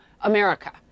America